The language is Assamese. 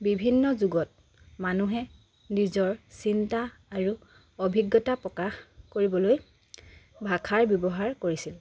বিভিন্ন যুগত মানুহে নিজৰ চিন্তা আৰু অভিজ্ঞতা প্ৰকাশ কৰিবলৈ ভাষাৰ ব্যৱহাৰ কৰিছিল